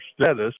status